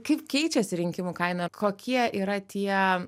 kaip keičiasi rinkimų kaina kokie yra tie